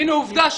הינה עובדה,